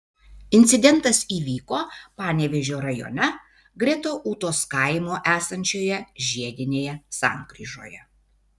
incidentas įvyko panevėžio rajone greta ūtos kaimo esančioje žiedinėje sankryžoje